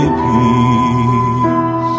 peace